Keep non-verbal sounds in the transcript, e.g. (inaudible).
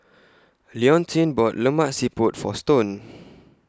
Leontine bought Lemak Siput For Stone (noise)